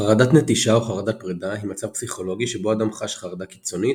חרדת נטישה או חרדת פרידה היא מצב פסיכולוגי שבו אדם חש חרדה קיצונית